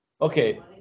Okay